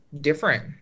different